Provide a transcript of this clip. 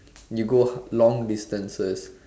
you go long distances